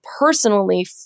personally